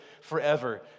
forever